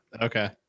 Okay